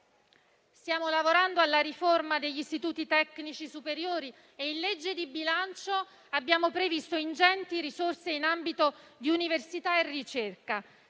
Stiamo lavorando alla riforma degli istituti tecnici superiori e in legge di bilancio abbiamo previsto ingenti risorse in ambito di università e ricerca,